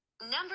number